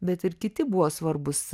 bet ir kiti buvo svarbūs